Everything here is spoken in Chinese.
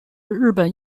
日本